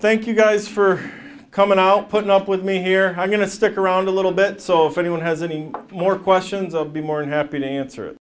thank you guys for coming out putting up with me here i'm going to stick around a little bit so if anyone has any more questions of the more than happy to answer